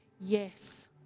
yes